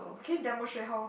can you demonstrate how